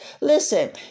Listen